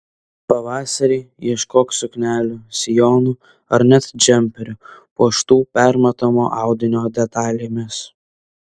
pavasarį ieškok suknelių sijonų ar net džemperių puoštų permatomo audinio detalėmis